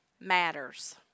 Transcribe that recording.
matters